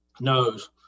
knows